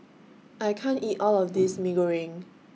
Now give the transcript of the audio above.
I can't eat All of This Mee Goreng